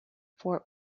fort